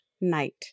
night